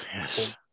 yes